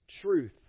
truth